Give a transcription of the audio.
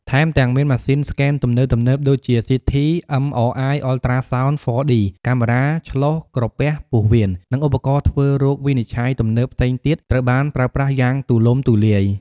ថែមទាំងមាន ម៉ាស៊ីនស្កេនទំនើបៗ ដូចជា CT MRI Ultrasound 4D កាមេរ៉ាឆ្លុះក្រពះពោះវៀន និងឧបករណ៍ធ្វើរោគវិនិច្ឆ័យទំនើបផ្សេងទៀត ត្រូវបានប្រើប្រាស់យ៉ាងទូលំទូលាយ។